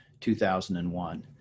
2001